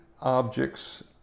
objects